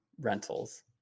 rentals